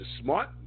smart